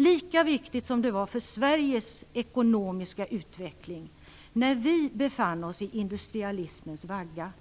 Lika viktigt som det var för Sveriges ekonomiska utveckling, när vi befann oss i industrialismens vagga,